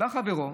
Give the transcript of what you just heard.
בא חברו,